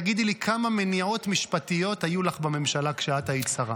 תגידי לי כמה מניעות משפטיות היו לך בממשלה כשאת היית שרה.